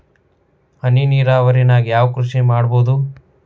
ಹನಿ ನೇರಾವರಿ ನಾಗ್ ಯಾವ್ ಕೃಷಿ ಮಾಡ್ಬೋದು?